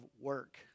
work